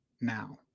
now